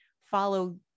follow